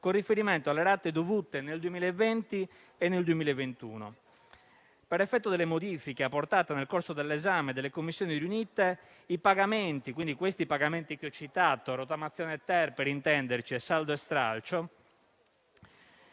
con riferimento alle rate dovute nel 2020 e nel 2021. Per effetto delle modifiche apportate nel corso dell'esame nelle Commissioni riunite, questi pagamenti che ho citato (per intenderci rottamazione-*ter* intenderci e saldo e stralcio)